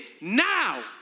now